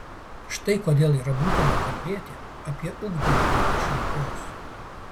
štai kodėl yra būtina kalbėti apie ugdymą vietoj šalpos